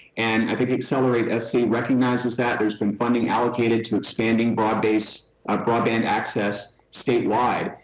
and i think accelerate sc recognizes that. there's been funding allocated to expanding broad based on broadband access statewide.